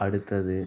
அடுத்தது